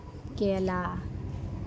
केला